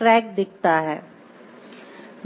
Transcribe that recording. दिखता है